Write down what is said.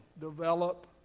Develop